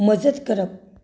मजत करप